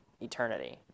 eternity